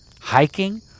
hiking